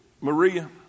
Maria